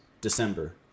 December